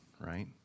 right